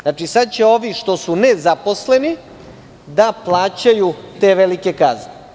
Znači, sada će ovi što su nezaposleni da plaćaju te velike kazne.